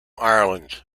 ireland